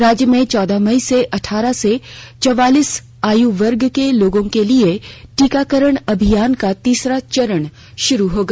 राज्य में चौदह मई से अठारह से चौवालीस आयु वर्ग के लोगों के लिए टीकाकरण अभियान का तीसरा चरण शुरू होगा